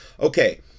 Okay